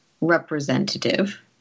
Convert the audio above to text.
representative